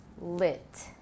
lit